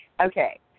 Okay